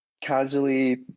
Casually